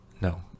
no